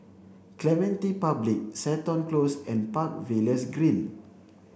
Clementi Public Seton Close and Park Villas Green